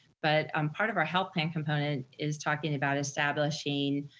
but um part of our health plan component is talking about establishing